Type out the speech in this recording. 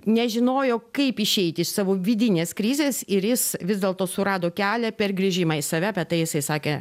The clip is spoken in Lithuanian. nežinojo kaip išeiti iš savo vidinės krizės ir jis vis dėlto surado kelią per grįžimą į save apie tai jisai sakė